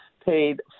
paid